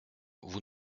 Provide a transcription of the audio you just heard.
vous